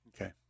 Okay